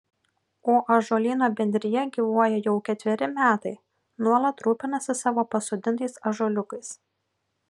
o ąžuolyno bendrija gyvuoja jau ketveri metai nuolat rūpinasi savo pasodintais ąžuoliukais